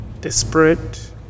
desperate